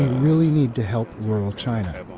really need to help rural china.